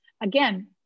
Again